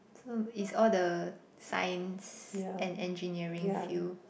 so is all the science and engineering field